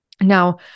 Now